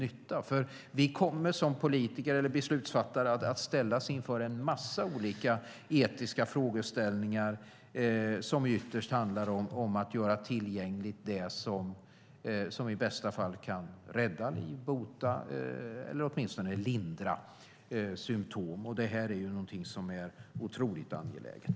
Vi kommer nämligen som politiker och beslutsfattare att ställas inför en massa olika etiska frågeställningar som ytterst handlar om att göra det tillgängligt som i bästa fall kan rädda liv, som kan bota eller som åtminstone kan lindra symtom. Detta är något som är otroligt angeläget.